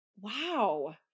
wow